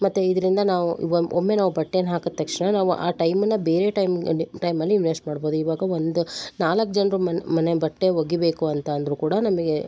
ಮತ್ತು ಇದರಿಂದ ನಾವು ಒಮ್ಮೆ ಒಮ್ಮೆ ನಾವು ಬಟ್ಟೆಯನ್ ಹಾಕಿದ ತಕ್ಷಣ ನಾವು ಆ ಟೈಮನ್ನು ಬೇರೆ ಟೈಮ್ ಅಲ್ಲಿ ಟೈಮಲ್ಲಿ ಇನ್ವೆಸ್ಟ್ ಮಾಡ್ಬೋದು ಇವಾಗ ಒಂದು ನಾಲ್ಕು ಜನರು ಮನೆ ಮನೆ ಬಟ್ಟೆ ಒಗಿಬೇಕು ಅಂತ ಅಂದರು ಕೂಡ ನಮಗೆ